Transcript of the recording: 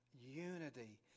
unity